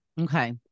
Okay